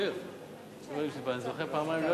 אופיר, יושב-ראש אחד.